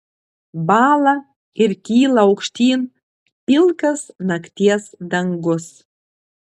bąla ir kyla aukštyn pilkas nakties dangus